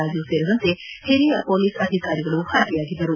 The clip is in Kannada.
ರಾಜು ಸೇರಿದಂತೆ ಹಿರಿಯ ಪೊಲೀಸ್ ಅಧಿಕಾರಿಗಳು ಭಾಗಿಯಾಗಿದ್ದರು